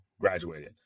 graduated